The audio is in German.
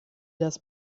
das